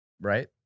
right